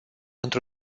într